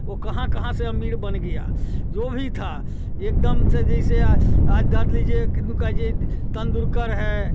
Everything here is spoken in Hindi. वो कहाँ कहाँ से अमीर बन गए जो भी था एक दम से जैसे आज धार लीजिए तेंडुलकर है